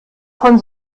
von